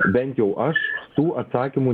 bent jau aš tų atsakymų